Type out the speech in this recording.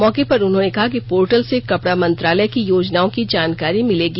मौके पर उन्होंने कहा कि पोर्टल से कपड़ा मंत्रालय की योजनाओं की जानकारी मिलेगी